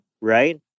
Right